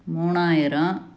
மூணாயிரம்